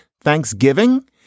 thanksgiving